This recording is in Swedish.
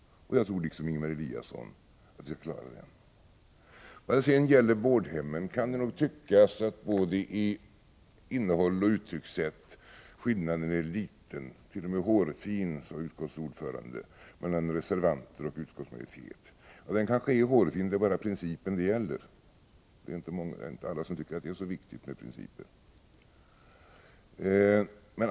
Jag tror liksom Ingemar Eliasson att vi nu klarar den. Vad sedan gäller vårdhemmen kan det nog tyckas att skillnaden både till innehåll och uttryckssätt är liten —t.o.m. hårfin, sade utskottets ordförande — mellan reservanter och utskottsmajoritet. Och den kanske är hårfin. Det är bara principen det gäller, och det är inte alla som tycker att det är så viktigt med principer.